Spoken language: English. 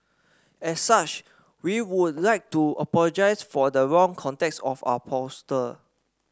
as such we would like to apologise for the wrong context of our poster